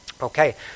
Okay